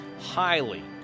highly